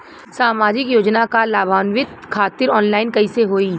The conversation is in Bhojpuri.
सामाजिक योजना क लाभान्वित खातिर ऑनलाइन कईसे होई?